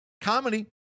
Comedy